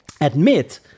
admit